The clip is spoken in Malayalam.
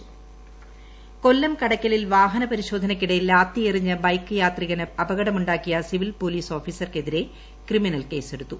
കൊല്പം വാഹന അപകടം ക്രിമിനൽ കേസ് കൊല്ലം കടയ്ക്കലിൽ വാഹന പരിശോധനയ്ക്കിടെ ലാത്തിയെറിഞ്ഞ് ബൈക്ക് യാത്രികന് അപകടമുാക്കിയ സിവിൽ പോലീസ് ഓഫീസർക്കെതിരെ ക്രിമിനൽ കേസെടുത്തു